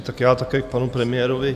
Tak já také k panu premiérovi.